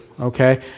Okay